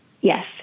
Yes